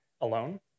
alone